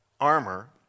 armor